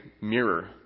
mirror